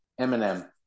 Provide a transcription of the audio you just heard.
Eminem